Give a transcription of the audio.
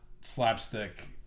slapstick